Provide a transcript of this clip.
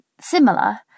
similar